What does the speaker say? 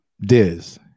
Diz